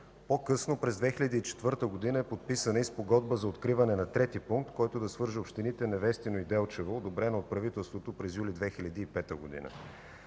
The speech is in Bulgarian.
По-късно, през 2004 г., е подписана и Спогодба за откриване на трети пункт, който да свърже общините Невестино и Делчево, одобрена от правителството през месец юли 2005 г.